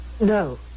No